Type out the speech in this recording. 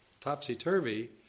topsy-turvy